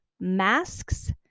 masks